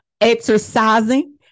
exercising